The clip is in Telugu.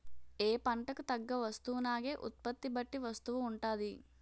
ఏ పంటకు తగ్గ వస్తువునాగే ఉత్పత్తి బట్టి వస్తువు ఉంటాది